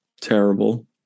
terrible